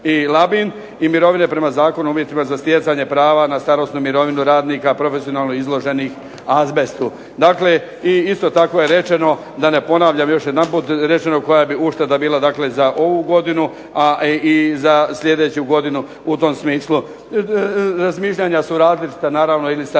i Labin, i mirovine prema zakonu o uvjetima za stjecanje prava na starosnu mirovinu radnika profesionalno izloženih azbestu. Dakle, isto tako je rečeno, da ne ponavljam još jedanput, rečeno je koja bi ušteda bila za ovu godinu i za sljedeću godinu u tom smislu. Razmišljanja su različita naravno ili sa lijeve